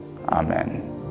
Amen